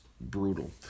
brutal